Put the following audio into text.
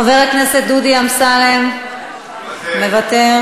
חבר הכנסת דודי אמסלם, מוותר.